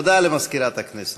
הודעה למזכירת הכנסת.